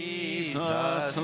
Jesus